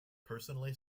personally